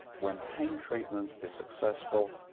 when pain treatment is successful,